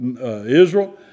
Israel